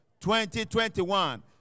2021